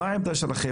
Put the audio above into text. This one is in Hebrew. מה עמדתכם?